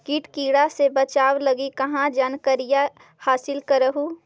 किट किड़ा से बचाब लगी कहा जानकारीया हासिल कर हू?